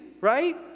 right